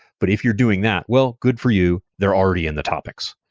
but if you're doing that, well, good for you. they're already in the topics.